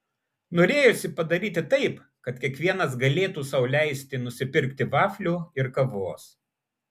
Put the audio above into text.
norėjosi padaryti taip kad kiekvienas galėtų sau leisti nusipirkti vaflių ir kavos